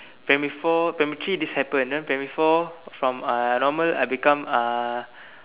primary four primary three this happened then primary four from uh normal I become uh